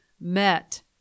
met